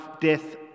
death